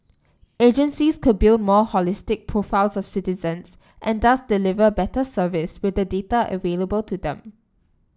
agencies could build more holistic profiles of citizens and thus deliver better service with the data available to them